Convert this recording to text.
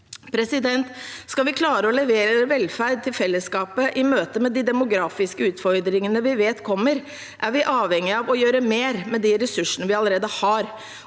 redusert. Skal vi klare å levere velferd til fellesskapet i møte med de demografiske utfordringene vi vet kommer, er vi avhengige av å gjøre mer med de ressursene vi allerede har.